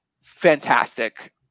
fantastic